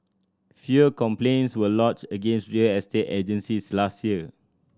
fewer complaints were lodged against real estate agencies last year